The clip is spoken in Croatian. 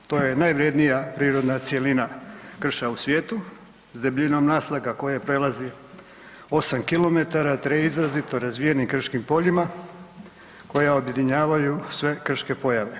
To je najvrjednija prirodna cjelina krša u svijetu s debljinom naslaga koja prelazi 8 km te izrazitom razvijenim krškim poljima koja objedinjavaju sve krške pojave.